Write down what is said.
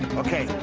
ok,